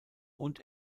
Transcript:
und